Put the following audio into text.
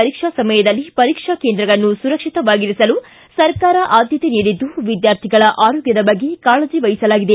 ಪರೀಕ್ಷಾ ಸಮಯದಲ್ಲಿ ಪರೀಕ್ಷಾ ಕೇಂದ್ರಗಳನ್ನು ಸುರಕ್ಷಿತವಾಗಿರಿಸಲು ಸರ್ಕಾರ ಆದ್ದತೆ ನೀಡಿದ್ದು ವಿದ್ದಾರ್ಥಿಗಳ ಆರೋಗ್ಗದ ಬಗ್ಗೆ ಕಾಳಜಿ ವಹಿಸಲಾಗಿದೆ